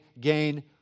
gain